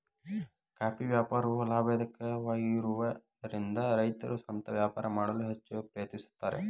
coffee ವ್ಯಾಪಾರವು ಲಾಭದಾಯಕವಾಗಿರುವದರಿಂದ ರೈತರು ಸ್ವಂತ ವ್ಯಾಪಾರ ಮಾಡಲು ಹೆಚ್ಚ ಪ್ರಯತ್ನಿಸುತ್ತಾರೆ